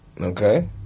Okay